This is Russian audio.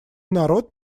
народ